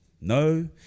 No